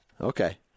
Okay